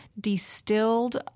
distilled